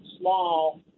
small